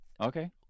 Okay